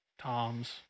Toms